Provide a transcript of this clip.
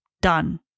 done